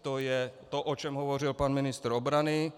To je to, o čem hovořil pan ministr obrany.